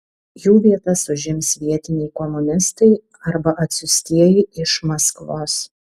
jų vietas užims vietiniai komunistai arba atsiųstieji iš maskvos